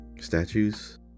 statues